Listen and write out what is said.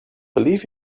believe